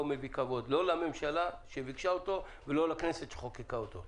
מביא כבוד לא לממשלה שביקשה אותו ולא לכנסת שחוקקה אותו.